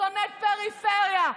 שונאת פריפריה,